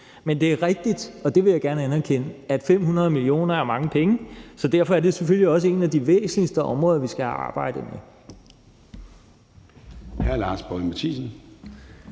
Men det er rigtigt – og det vil jeg gerne anerkende – at 500 mio. kr. er mange penge, så derfor er det selvfølgelig også en af de væsentligste områder, vi skal arbejde med.